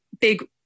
big